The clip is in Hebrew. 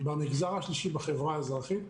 במגזר השלישי ובחברה האזרחית,